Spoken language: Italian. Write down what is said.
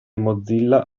mozilla